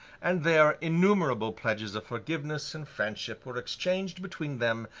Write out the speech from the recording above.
and there innumerable pledges of forgiveness and friendship were exchanged between them,